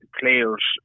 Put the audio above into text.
players